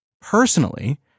personally